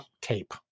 Tape